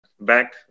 back